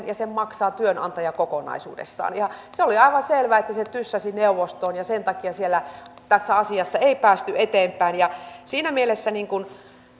ja sen maksaa työnantaja kokonaisuudessaan se oli aivan selvä että se tyssäsi neuvostoon ja sen takia tässä asiassa ei päästy siellä eteenpäin siinä mielessä